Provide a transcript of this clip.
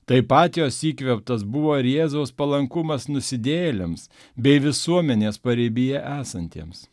taip pat jos įkvėptas buvo ir jėzaus palankumas nusidėjėliams bei visuomenės paribyje esantiems